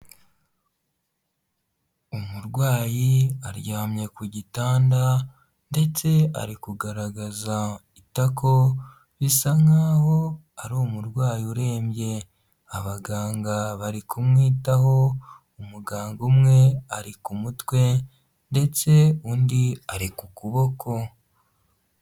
Umurwayi aryamye ku gitanda ndetse ari kugaragaza itako, bisa nk'aho ari umurwayi urembye. Abaganga bari kumwitaho, umuganga umwe ari ku mutwe ndetse undi ari ku kuboko.